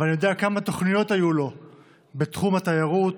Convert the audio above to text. ואני יודע כמה תוכניות היו לו בתחום התיירות,